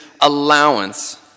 allowance